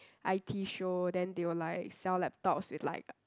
I_T show then they will like sell laptops with like uh